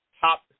top